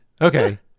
Okay